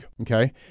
okay